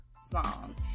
song